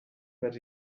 that